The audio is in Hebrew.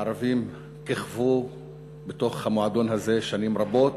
הערבים כיכבו במועדון הזה שנים רבות,